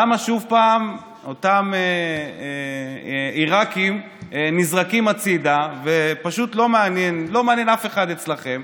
למה שוב אותם עיראקים נזרקים הצידה ופשוט זה לא מעניין אף אחד אצלכם?